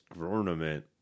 ornament